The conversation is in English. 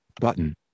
Button